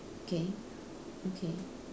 okay okay